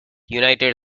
united